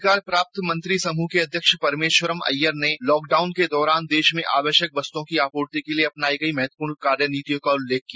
अधिकार प्राप्त मंत्री समुह के अध्यक्ष परमेश्वरम अय्यर ने लॉकडाउन के दौरान देश में आवश्यक वस्तओं की आपुर्ति के लिए अपनाई गई महत्वपूर्ण कार्यनीतियों का उल्लेख किया